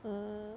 mm